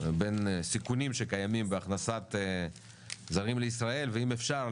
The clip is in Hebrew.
בין סיכונים שקיימים בהכנסת זרים לישראל ואם אפשר,